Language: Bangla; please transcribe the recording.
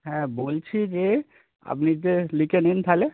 হ্যাঁ বলছি যে আপনি যে লিখে নিন তাহলে